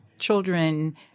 children